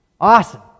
awesome